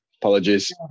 Apologies